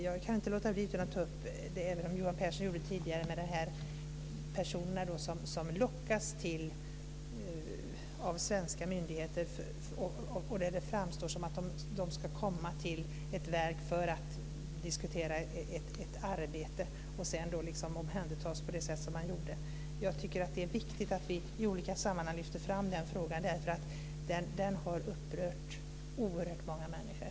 Jag kan inte låta bli att ta upp frågan, även om Johan Pehrson gjorde det tidigare, om de personer som lockas av svenska myndigheter. Det framstår som om de ska komma till ett verk för att diskutera ett arbete, och sedan omhändertas de på det sätt som skedde. Jag tycker att det är viktigt att vi i olika sammanhang lyfter fram den frågan, därför att den har upprört oerhört många människor.